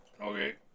Okay